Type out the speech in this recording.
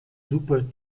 super